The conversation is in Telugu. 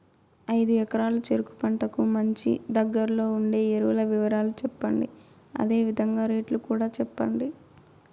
ఐదు ఎకరాల చెరుకు పంటకు మంచి, దగ్గర్లో ఉండే ఎరువుల వివరాలు చెప్పండి? అదే విధంగా రేట్లు కూడా చెప్పండి?